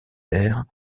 airs